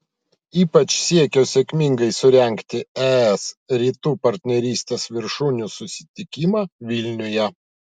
ypač siekio sėkmingai surengti es rytų partnerystės viršūnių susitikimą vilniuje